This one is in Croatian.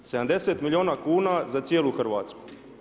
70 miliona kuna za cijelu Hrvatsku.